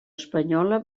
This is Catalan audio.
espanyola